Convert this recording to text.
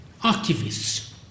activists